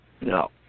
No